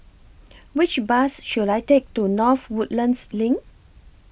Which Bus should I Take to North Woodlands LINK